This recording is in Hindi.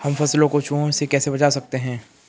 हम फसलों को चूहों से कैसे बचा सकते हैं?